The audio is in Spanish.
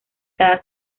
cada